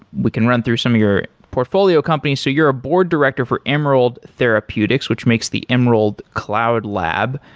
we can run through some your portfolio companies. so you're a board director for emerald therapeutics, which makes the emerald cloud lab.